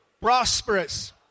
prosperous